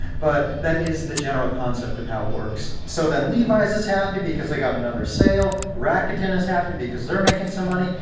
but that is the general concept of how it works. so then levi's is happy because they got another sale, rakuten is happy because they're making some money,